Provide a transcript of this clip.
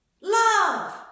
Love